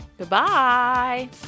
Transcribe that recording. Goodbye